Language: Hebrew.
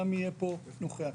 גם יהיה פה נוכח.